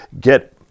get